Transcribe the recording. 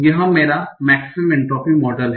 यह मेरा maximum entropy model है